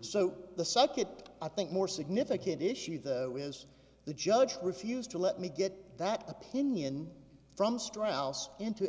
so the second i think more significant issue though is the judge refused to let me get that opinion from strauss into